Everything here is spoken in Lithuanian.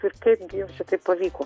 ir kaip gi jums čia taip pavyko